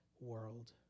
world